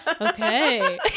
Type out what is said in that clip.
okay